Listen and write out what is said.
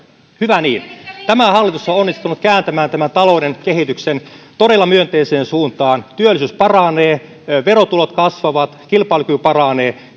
hyvä niin tämä hallitus on onnistunut kääntämään talouden kehityksen todella myönteiseen suuntaan työllisyys paranee verotulot kasvavat kilpailukyky paranee